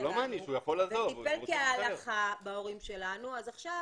הוא טיפל כהלכה בהורים שלנו - אז עכשיו,